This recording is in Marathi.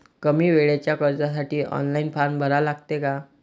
कमी वेळेच्या कर्जासाठी ऑनलाईन फारम भरा लागते का?